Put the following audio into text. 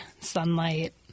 sunlight